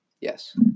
Yes